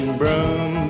broom